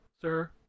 sir